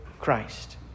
Christ